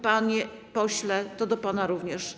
Panie pośle, to do pana również.